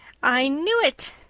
i knew it!